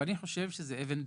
אני חושב שזאת אבן דרך.